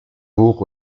hoch